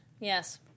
Yes